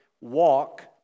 walk